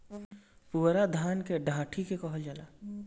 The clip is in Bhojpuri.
पुअरा धान के डाठी के कहल जाला